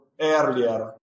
earlier